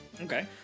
Okay